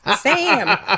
Sam